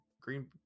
green